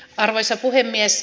arvoisa puhemies